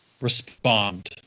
respond